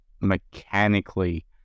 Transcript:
mechanically